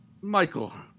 Michael